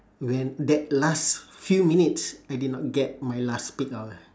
when that last few minutes I did not get my last peak hour